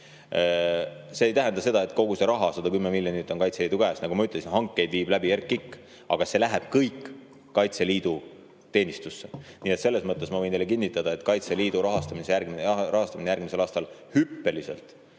See ei tähenda seda, et kogu see raha, 110 miljonit, on Kaitseliidu käes. Nagu ma ütlesin, hankeid viib läbi RKIK, aga see läheb kõik Kaitseliidu teenistusse. Nii et ma võin teile kinnitada, et Kaitseliidu rahastamine järgmisel aastal hüppeliselt